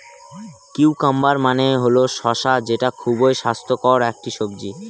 cucumber মানে হল শসা যেটা খুবই স্বাস্থ্যকর একটি সবজি